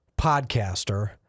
podcaster